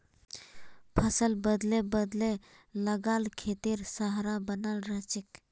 फसल बदले बदले लगा ल खेतेर सहार बने रहछेक